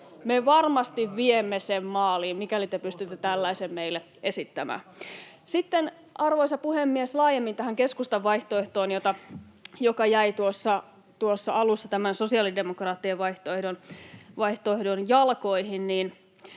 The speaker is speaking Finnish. Me varmasti viemme sen maaliin, mikäli te pystytte tällaisen meille esittämään. Arvoisa puhemies! Sitten laajemmin tähän keskustan vaihtoehtoon, joka jäi tuossa alussa tämän sosiaalidemokraattien vaihtoehdon jalkoihin.